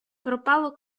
пропало